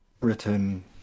written